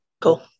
Cool